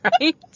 right